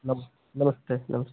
नमस नमस्ते नमस्ते